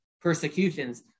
persecutions